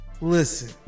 Listen